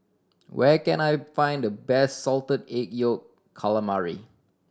where can I find the best Salted Egg Yolk Calamari